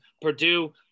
Purdue